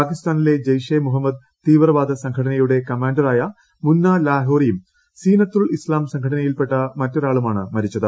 പാകിസ്സാനിലെ ജയ്ഷെ മുഹമ്മദ് തീവ്രവാദ സംഘടനയുടെ കമാണ്ട്റ്ടുയി മുന്നാ ലാഹോറിയും സീനത്തുൽ ഇസ്ലാം സംഘടനയ്മിൽ പെട്ട മറ്റൊരാളുമാണ് മരിച്ചത്